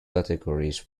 categories